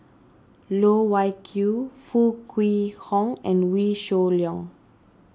Loh Wai Kiew Foo Kwee Horng and Wee Shoo Leong